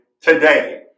today